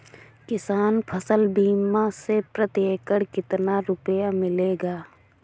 किसान फसल बीमा से प्रति एकड़ कितना रुपया मिलेगा?